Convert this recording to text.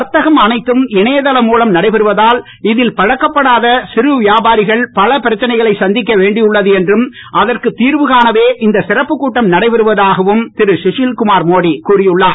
வர்த்தகம் அனைத்தும் இணையதளம் மூலம் நடைபெறுவதால் இதில் பழக்கப்படாத சிறு வியாபாரிகள் பல பிரச்சனைகளை சந்திக்க வேண்டியுள்ளது என்றும் அதற்குத் திர்வு காணவே இந்த சிறப்புக் கூட்டம் நடைபெறுவதாகவும் திருகுஷில்குமார் மோடி கூறியுள்ளார்